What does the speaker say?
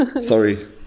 Sorry